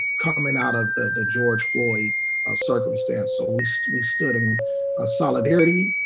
coming out of the george floyd ah circumstance. so we stood we stood in ah solidarity,